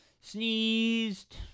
Sneezed